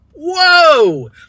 Whoa